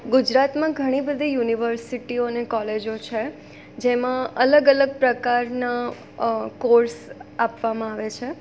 ગુજરાતમાં ઘણી બધી યુનિવર્સિટીઓ અને કોલેજો છે જેમાં અલગ અલગ પ્રકારના કોર્ષ આપવામાં આવે છે